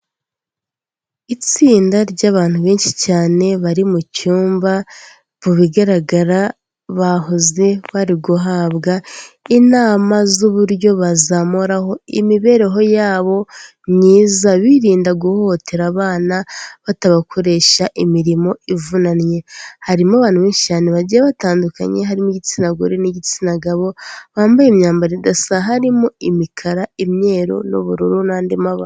Itsinda ry'abantu benshi cyane bari mu cyumba, mu bigaragara bahoze bari guhabwa inama z'uburyo bazamuraho imibereho yabo myiza, birinda guhohotera abana batabakoresha imirimo ivunanye. Harimo abantu benshi cyane bagiye batandukanye harimo igitsina gore n'igitsina gabo, bambaye imyambaro idasa harimo imikara, imyeru n'ubururu n'andi mabara.